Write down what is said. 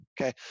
Okay